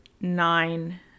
nine